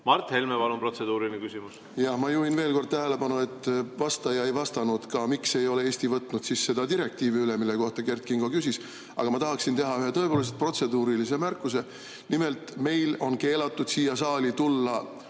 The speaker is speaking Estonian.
Mart Helme, palun, protseduuriline küsimus! Ma juhin veel kord tähelepanu, et vastaja ei vastanud ka, miks ei ole Eesti võtnud seda direktiivi üle, mille kohta Kert Kingo küsis. Aga ma tahaksin teha ühe tõepoolest protseduurilise märkuse. Nimelt, meil on keelatud siia saali tulla